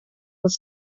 was